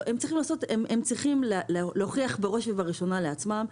הם צריכים להוכיח בראש ובראשונה לעצמם.